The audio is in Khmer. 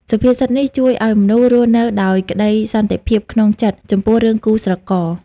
សុភាសិតនេះជួយឱ្យមនុស្សរស់នៅដោយក្ដីសន្តិភាពក្នុងចិត្ត ចំពោះរឿងគូស្រករ។